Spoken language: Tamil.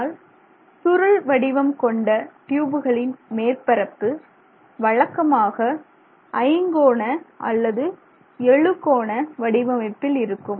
ஆனால் சுருள் வடிவம் கொண்ட டியூபுகளின் மேற்பரப்பு வழக்கமாக ஐங்கோண அல்லது எழுகோண வடிவமைப்பில் இருக்கும்